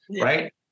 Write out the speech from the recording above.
right